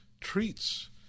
treats